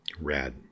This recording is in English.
rad